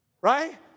Right